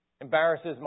embarrasses